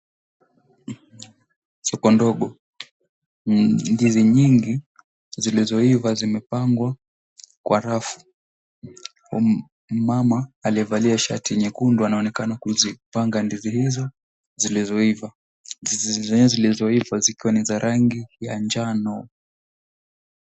Soko ndogo, ndizi nyingi zilizoiva zimepangwa kwa rafu mama aliyevalia shati nyekundu anaonekana kuzipanga ndizi hizo zilizoiva, ndizi zenyewe zilizoiva zikiwa ni za rangi ya njano.